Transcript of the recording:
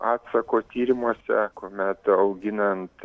atsako tyrimuose kuomet auginant